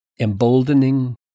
emboldening